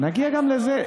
נגיע גם לזה.